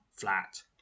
flat